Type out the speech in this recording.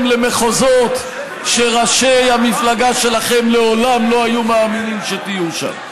למחוזות שראשי המפלגה שלכם לעולם לא היו מאמינים שתהיו שם.